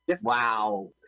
Wow